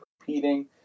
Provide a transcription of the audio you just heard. competing